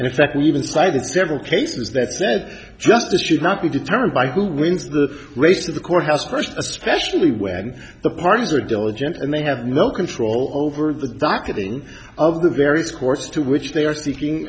and in fact we even cited several cases that said justice should not be determined by who wins the race to the courthouse first especially when the parties are diligent and they have no control over the docketing of the various courts to which they are seeking